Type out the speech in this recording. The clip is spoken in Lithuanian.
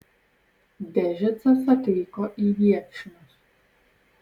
dežicas atvyko į viekšnius